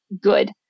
good